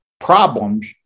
problems